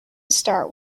start